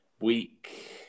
week